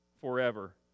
forever